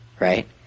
right